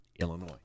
Illinois